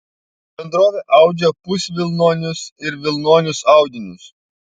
bendrovė audžia pusvilnonius ir vilnonius audinius